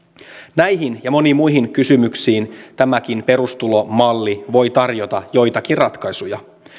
näihin ja moniin muihin kysymyksiin tämäkin perustulomalli voi tarjota joitakin ratkaisuja